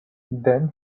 then